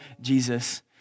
Jesus